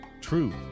Truth